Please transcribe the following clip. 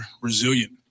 resilient